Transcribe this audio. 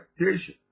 expectation